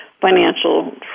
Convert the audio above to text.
financial